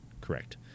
Correct